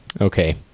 okay